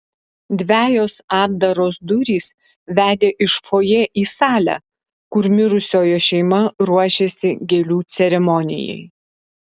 dvejos atdaros durys vedė iš fojė į salę kur mirusiojo šeima ruošėsi gėlių ceremonijai